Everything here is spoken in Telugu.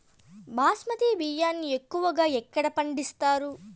బాస్మతి బియ్యాన్ని ఎక్కువగా ఎక్కడ పండిస్తారు?